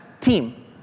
team